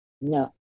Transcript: No